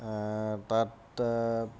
তাত